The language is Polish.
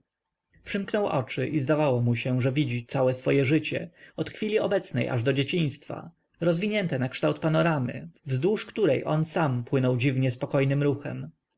przymknął oczy i zdawało mu się że widzi całe swoje życie od chwili obecnej aż do dzieciństwa rozwinięte nakształt panoramy wzdłuż której on sam płynął dziwnie spokojnym ruchem